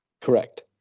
correct